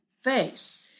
face